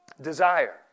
desire